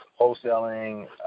wholesaling